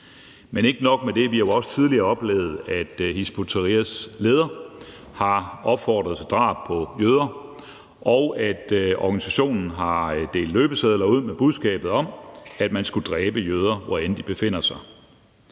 Men ikke nok med det: Vi har jo også tidligere oplevet, at Hizb ut-Tahrirs leder har opfordret til drab på jøder, og at organisationen har delt løbesedler ud med budskabet om, at man skulle dræbe jøder, hvorend de befandt sig.